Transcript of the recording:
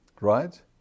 right